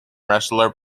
wrestler